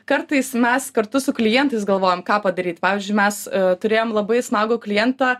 kartais mes kartu su klientais galvojam ką padaryt pavyzdžiui mes turėjom labai smagų klientą